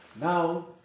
Now